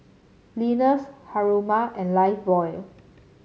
Lenas Haruma and Lifebuoy